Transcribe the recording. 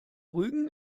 rügen